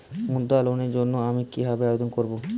মুদ্রা লোনের জন্য আমি কিভাবে আবেদন করবো?